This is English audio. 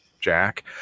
Jack